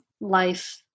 life